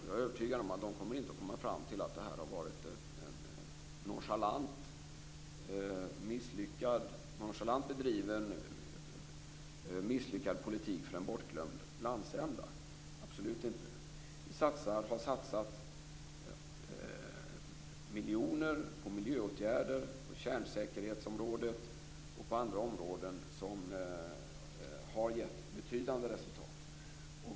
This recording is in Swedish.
Jag är övertygad om att man inte kommer att komma fram till att det har varit en nonchalant bedriven, misslyckad politik för en bortglömd landsända - absolut inte. Vi har satsat miljoner på miljöåtgärder på kärnsäkerhetsområdet och på andra områden som har gett betydande resultat.